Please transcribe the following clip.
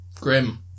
grim